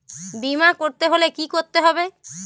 বিমা করতে হলে কি করতে হবে?